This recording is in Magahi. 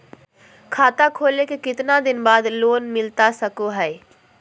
खाता खोले के कितना दिन बाद लोन मिलता सको है?